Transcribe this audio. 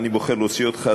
אני בוחר להוציא אותך,